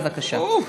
בבקשה.